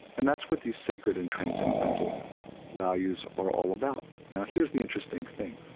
and that's what these sacred and transcendental values are all about now here's the interesting thing.